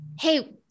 hey